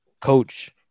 coach